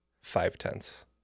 five-tenths